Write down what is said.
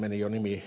olen ed